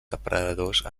depredadors